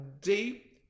deep